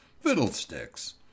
Fiddlesticks